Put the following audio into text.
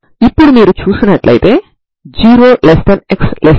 ఇప్పుడు మీరు రెండవ సమీకరణాన్ని పరిగణలోకి తీసుకుంటే c1 c2sin μb cos μb అని వ్రాస్తారు